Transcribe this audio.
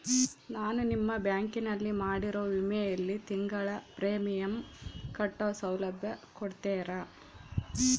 ನಾನು ನಿಮ್ಮ ಬ್ಯಾಂಕಿನಲ್ಲಿ ಮಾಡಿರೋ ವಿಮೆಯಲ್ಲಿ ತಿಂಗಳ ಪ್ರೇಮಿಯಂ ಕಟ್ಟೋ ಸೌಲಭ್ಯ ಕೊಡ್ತೇರಾ?